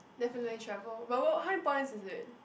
definitely travel but what how many points is it